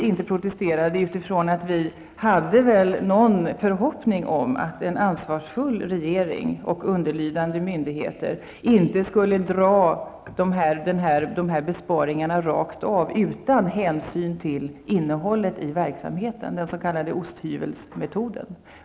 Dessutom hade vi en förhoppning om att en ansvarsfull regering och underlydande myndigheter inte skulle göra dessa besparingar rakt av utan hänsyn till innehållet i verksamheten, den s.k. osthyvelsmetoden.